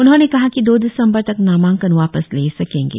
उन्होंने कहा कि दो दिसंबर तक नामांकन वापस ले सकेंगे